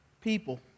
People